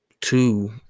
two